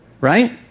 right